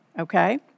okay